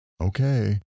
Okay